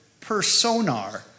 personar